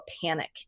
panic